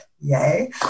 yay